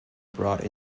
brought